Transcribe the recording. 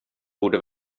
borde